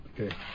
Okay